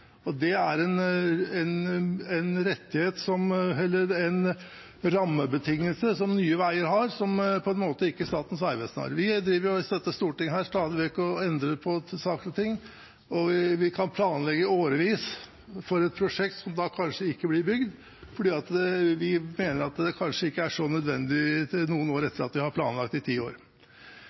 Det er en rammebetingelse som Nye Veier har, som Statens vegvesen på en måte ikke har. Vi driver her i Stortinget stadig vekk og endrer på saker og ting, og vi kan planlegge i årevis for et prosjekt som kanskje ikke blir bygd, fordi vi mener at det kanskje ikke er så nødvendig, noen år etter at vi har planlagt det i ti år.